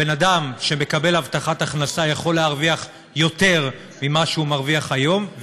בן אדם שמקבל הבטחת הכנסה יכול להרוויח יותר ממה שהוא מרוויח היום,